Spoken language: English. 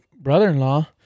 brother-in-law